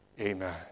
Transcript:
Amen